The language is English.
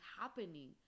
happening